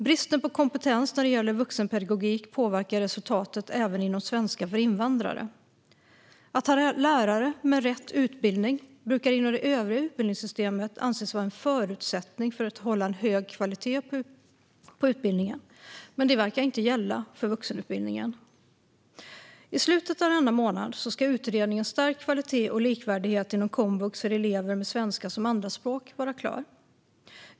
Bristen på kompetens när det gäller vuxenpedagogik påverkar resultaten även inom svenska för invandrare. Att ha lärare med rätt utbildning brukar inom det övriga utbildningssystemet anses vara en förutsättning för att hålla en hög kvalitet på utbildningen, men detta verkar inte gälla för vuxenutbildningen. I slutet av denna månad ska utredningen Stärkt kvalitet och likvärdighet inom komvux för elever med svenska som andraspråk vara klar.